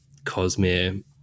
Cosmere